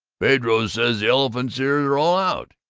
pedro says the elephants' ears are all out!